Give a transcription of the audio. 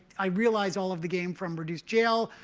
i realize all of the gain from reduced jail.